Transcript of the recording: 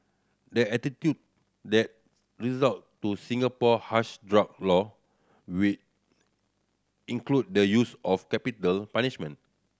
they the result to Singapore harsh drug law which include the use of capital punishment